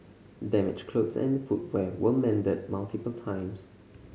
damaged clothes and footwear were mended multiple times